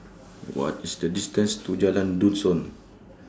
What IS The distance to Jalan Dusun